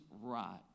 right